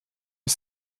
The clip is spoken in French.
est